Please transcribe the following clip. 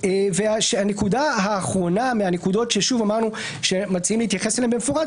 הנקודה האחרונה שמציעים להתייחס אליהן במפורש,